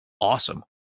awesome